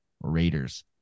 Raiders